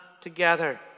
together